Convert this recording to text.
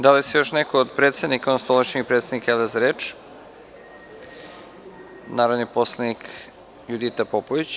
Da li se još neko od predsednika, odnosno ovlašćenih predstavnika javlja za reč? (Da.) Reč ima narodni poslanik Judita Popović.